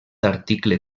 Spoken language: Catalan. article